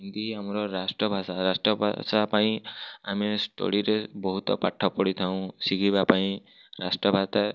ହିନ୍ଦୀ ଆମର ରାଷ୍ଟ୍ରଭାଷା ରାଷ୍ଟ୍ରଭାଷା ପାଇଁ ଆମେ ଷ୍ଟୋରୀରେ ବହୁତ ପାଠ ପଢିଥାଉଁ ଶିଖିବା ପାଇଁ ରାଷ୍ଟ୍ରଭାଷା